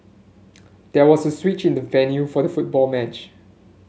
there was a switch in the venue for the football match